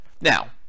Now